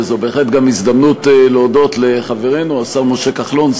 זו בהחלט גם הזדמנות להודות לחברנו השר משה כחלון,